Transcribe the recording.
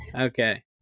Okay